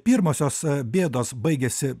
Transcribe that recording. pirmosios bėdos baigėsi